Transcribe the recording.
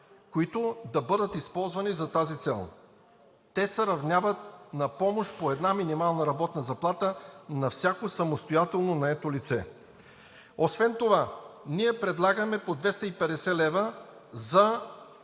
които да бъдат използвани за тази цел. Те се равняват на помощ по една минимална работна заплата на всяко самостоятелно наето лице. Освен това ние предлагаме по 250 лв. за